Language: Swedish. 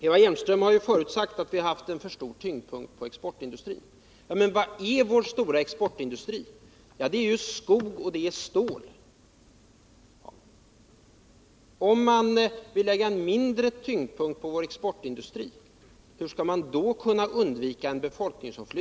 Eva Hjelmström har tidigare sagt att vi har haft för stor tyngdpunkt på exportindustrin. Vilka är då våra stora exportindustrier? Jo, det är skogsoch stålindustrin. Hur skall vi — vilket Eva Hjelmström vill — kunna undvika en befolkningsomflyttning, om vi lägger mindre tyngdpunkt på våra exportindustrier?